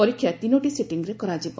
ପରୀକ୍ଷା ତିନିଟି ସିଟିଂରେ କରାଯିବ